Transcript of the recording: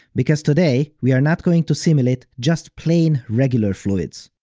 because today we're not going to simulate just plain regular fluids.